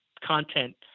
content